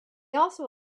also